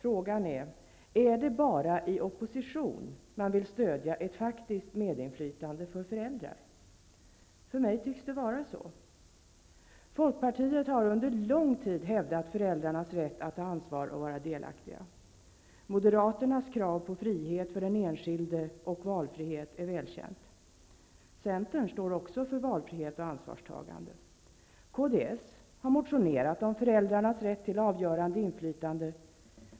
Frågan är: Är det bara i opposition som man vill stödja ett faktiskt medinflytande för föräldrar? På mig verkar det som om det var så. Folkpartiet har under lång tid hävdat föräldrarnas rätt att ta ansvar och vara delaktiga. Moderaternas krav på frihet för den enskilde och valfrihet är välkända. Centern står också för valfrihet och ansvarstagande. Kds har motionerat om föräldrarnas rätt till avgörande inflytande.